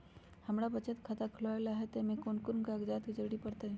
हमरा बचत खाता खुलावेला है त ए में कौन कौन कागजात के जरूरी परतई?